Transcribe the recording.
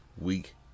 week